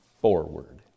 forward